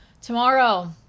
tomorrow